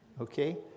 Okay